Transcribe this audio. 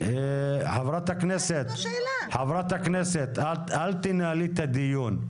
חברת הכנסת, אל תנהלי את הדיון.